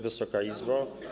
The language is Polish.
Wysoka Izbo!